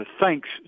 Thanks